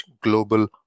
global